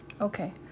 okay